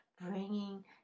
Bringing